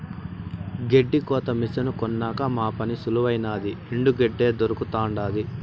గెడ్డి కోత మిసను కొన్నాక మా పని సులువైనాది ఎండు గెడ్డే దొరకతండాది